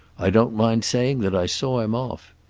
i don't mind saying that i saw him off.